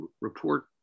report